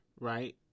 right